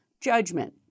Judgment